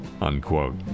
unquote